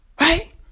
Right